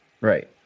right